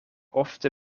ofte